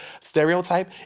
stereotype